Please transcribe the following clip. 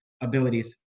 abilities